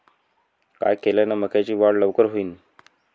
काय केल्यान मक्याची वाढ लवकर होईन?